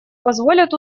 позволят